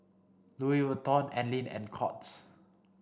Louis Vuitton Anlene and Courts